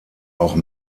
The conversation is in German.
auch